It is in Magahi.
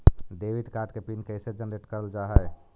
डेबिट कार्ड के पिन कैसे जनरेट करल जाहै?